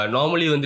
Normally